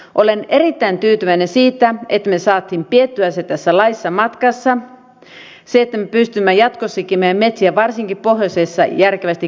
olen erittäin tyytyväinen siitä että me saimme pidettyä sen tässä laissa matkassa ja että me pystymme jatkossakin meidän metsiämme varsinkin pohjoisessa järkevästi käyttämään